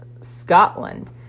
Scotland